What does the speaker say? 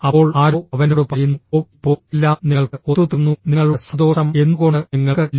അപ്പോൾ ആരോ അവനോട് പറയുന്നു ഓ ഇപ്പോൾ എല്ലാം നിങ്ങൾക്ക് ഒത്തുതീർന്നു നിങ്ങളുടെ സന്തോഷം എന്തുകൊണ്ട് നിങ്ങൾക്ക് ഇല്ല